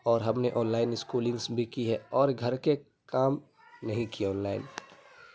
اور ہم نے آن لائن اسکولنگس بھی کی ہے اور گھر کے کام نہیں کیے آن لائن